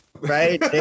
Right